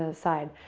ah side.